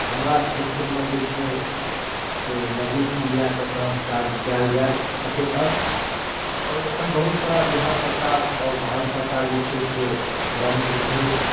हमरा क्षेत्रमे जे छै से नवीन इंडियाके तहत काज कयल जा सकैत अछि आओर एखन बहुत सारा बिहार सरकार आओर भारत सरकार जे छै से ग्रामीण उद्योग